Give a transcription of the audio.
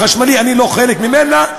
אני לא חלק ממנה,